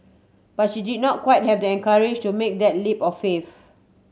but she did not quite have the courage to make that leap of faith